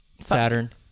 Saturn